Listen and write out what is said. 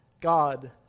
God